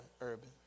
urban